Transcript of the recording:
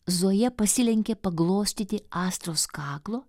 zoja pasilenkė paglostyti astros kaklo